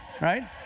Right